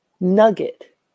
nugget